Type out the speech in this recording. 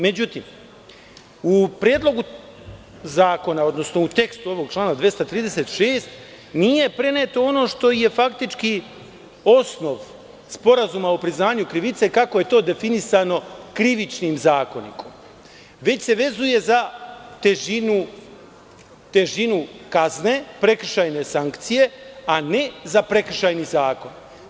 Međutim, u Predlogu zakona, odnosno u tekstu ovog člana 236. nije preneto ono što je faktički osnov sporazuma o priznanju krivice, kako je to definisano Krivičnim zakonikom, već se vezuje za težinu kazne, prekršajne sankcije a ne za prekršajni zakon.